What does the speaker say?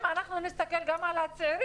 אם אנחנו נסתכל גם על הצעירים,